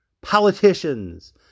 politicians